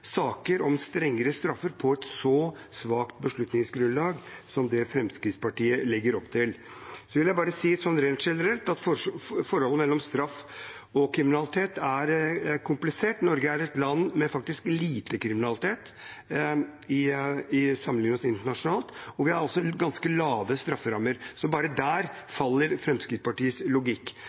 strengere straffer på et så svakt beslutningsgrunnlag som det Fremskrittspartiet legger opp til. Så vil jeg bare si rent generelt at forholdet mellom straff og kriminalitet er komplisert. Norge er et land med lite kriminalitet om vi sammenligner oss med internasjonale forhold, og vi har også ganske lave strafferammer, så bare der faller Fremskrittspartiets logikk.